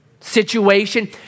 situation